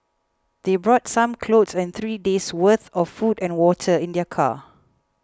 they brought some clothes and three days' worth of food and water in their car